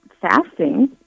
fasting